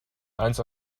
eins